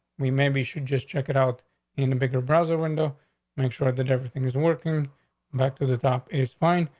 we maybe should just check it out in a bigger president to make sure that everything is working back to the top is fine.